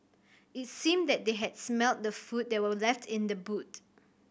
it seemed that they had smelt the food that were left in the boot